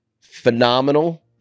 phenomenal